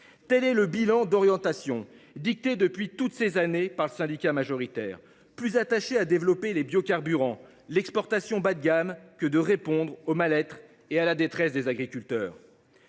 Tel est le bilan d’orientations dictées depuis toutes ces années par le syndicat majoritaire, plus attaché à développer les biocarburants et l’exportation bas de gamme qu’à répondre au mal être et à la détresse des agriculteurs.